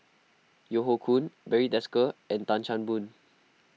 Yeo Hoe Koon Barry Desker and Tan Chan Boon